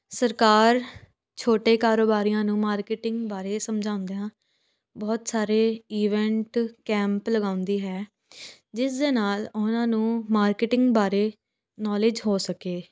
ਸਰਕਾਰ ਛੋਟੇ ਕਾਰੋਬਾਰੀਆਂ ਨੂੰ ਮਾਰਕੀਟਿੰਗ ਬਾਰੇ ਸਮਝਾਉਂਦੇ ਹਾਂ ਬਹੁਤ ਸਾਰੇ ਈਵੈਂਟ ਕੈਂਪ ਲਗਾਉਂਦੀ ਹੈ ਜਿਸ ਦੇ ਨਾਲ ਉਨ੍ਹਾ ਨੂੰ ਮਾਰਕੀਟਿੰਗ ਬਾਰੇ ਨੋਲੇਜ਼ ਹੋ ਸਕੇ